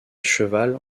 cheval